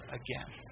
again